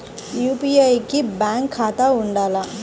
UPI కి bank ఖాతా ఉండాల?